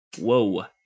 whoa